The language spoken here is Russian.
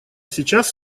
сейчас